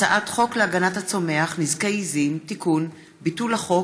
הצעת חוק להגנת הצומח (נזקי עיזים) (תיקון) (ביטול החוק),